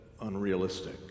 unrealistic